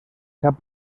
sap